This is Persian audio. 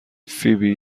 فیبی